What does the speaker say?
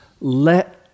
let